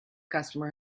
customer